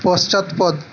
পশ্চাৎপদ